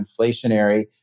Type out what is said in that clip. inflationary